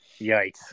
Yikes